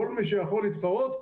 כל מי שיכול להתחרות,